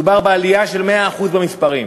מדובר בעלייה של 100% במספרים.